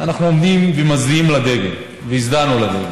אנחנו עומדים ומצדיעים לדגל, והצדענו לדגל.